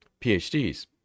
PhDs